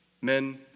men